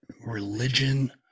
religion